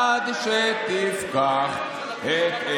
התקנון לא מתיר